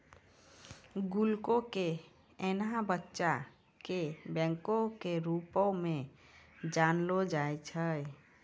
गुल्लको के एना बच्चा के बैंको के रुपो मे जानलो जाय छै